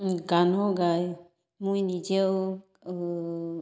গানো গায় মই নিজেও